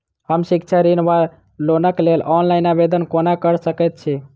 हम शिक्षा ऋण वा लोनक लेल ऑनलाइन आवेदन कोना कऽ सकैत छी?